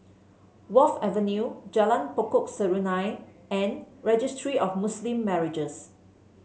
Wharf Avenue Jalan Pokok Serunai and Registry of Muslim Marriages